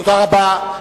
תודה רבה.